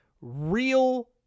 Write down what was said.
real